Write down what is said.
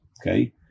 okay